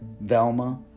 Velma